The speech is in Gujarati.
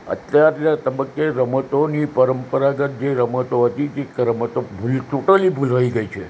અત્યારે તબક્કે રમતોની પરંપરાગત જે રમતો હતી જે રમતો ભૂલ ટોટલી ભુલાઈ ગઈ છે